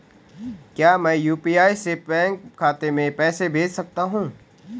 क्या मैं यु.पी.आई से बैंक खाते में पैसे भेज सकता हूँ?